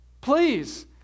please